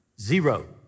Zero